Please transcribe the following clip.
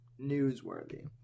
newsworthy